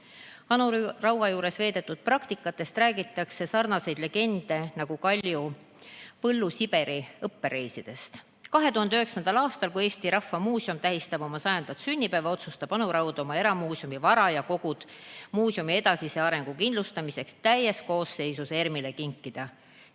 Anu Raua juures veedetud praktikatest räägitakse sarnaseid legende nagu Kaljo Põllu Siberi õppereisidest. 2009. aastal, kui Eesti Rahva Muuseum tähistas oma 100. sünnipäeva, otsustas Anu Raud oma eramuuseumi, vara ja kogud muuseumi edasise arengu kindlustamiseks täies koosseisus ERM-ile kinkida.